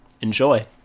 Enjoy